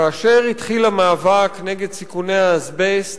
כאשר התחיל המאבק נגד סיכוני האזבסט,